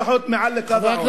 40,000 משפחות מעל לקו העוני,